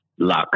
Luck